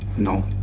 no.